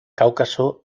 cáucaso